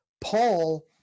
Paul